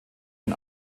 den